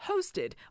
hosted